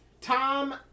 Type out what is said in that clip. Tom